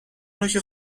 نوک